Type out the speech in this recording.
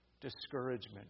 discouragement